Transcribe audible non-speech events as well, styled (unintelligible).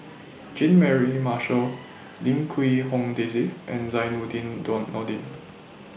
Jean Mary Marshall Lim Quee Hong Daisy and Zainudin (unintelligible) Nordin